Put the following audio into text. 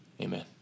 Amen